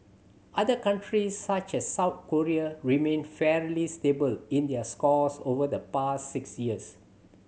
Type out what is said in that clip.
other countries such as South Korea remained fairly stable in their scores over the past six years